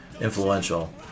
influential